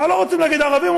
לא רוצים להגיד ערבים,